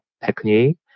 technique